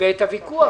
הרב גפני,